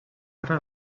ara